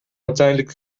uiteindelijk